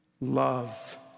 love